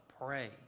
pray